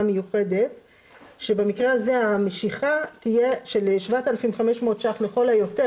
מיוחדת - שהמשיכה תהיה של 7,500 ₪ לכל היותר.